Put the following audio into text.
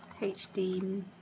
HD